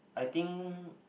I think